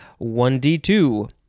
1D2